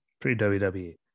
pre-WWE